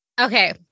Okay